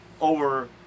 over